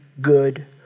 good